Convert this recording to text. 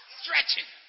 stretching